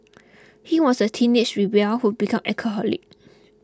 he was a teenage rebel who became alcoholic